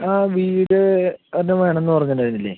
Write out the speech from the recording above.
ആ വീട് ഏട്ടന് വേണന്ന് പറഞ്ഞ് ഉണ്ടായിരുന്നില്ലെ